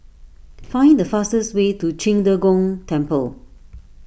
find the fastest way to Qing De Gong Temple